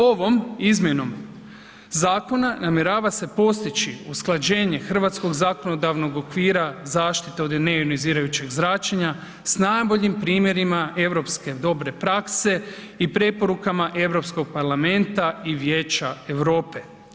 Ovom izmjenom zakona namjerava se postići usklađenje hrvatskog zakonodavnog okvira zaštite od neionizirajućeg zračenja s najboljim primjerima europske dobre prakse i preporukama Europskog parlamenta i Vijeća Europe.